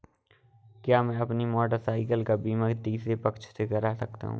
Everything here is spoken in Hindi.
क्या मैं अपनी मोटरसाइकिल का बीमा तीसरे पक्ष से करा सकता हूँ?